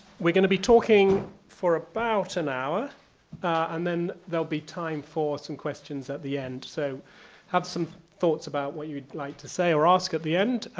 we're gonna be talking for about an hour and then there'll be time for some questions at the end. so have some thoughts about what you'd like to say or ask at the end,